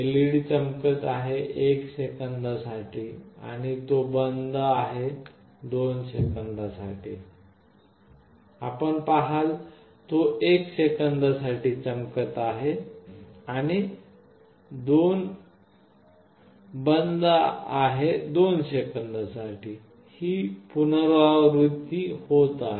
LED चमकत आहे 1 सेकंदासाठी आणि तो बंद आहे 2 सेकंदासाठी आपण पहाल तो 1 सेकंदासाठी चमकत आहे आणि तो बंद आहे 2 सेकंदासाठी आणि ही पुनरावृत्ती होत आहे